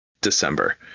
December